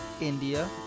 India